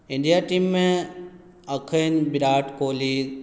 India टीममे एखन विराट कोहली